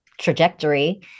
trajectory